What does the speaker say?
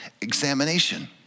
examination